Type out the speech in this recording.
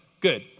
Good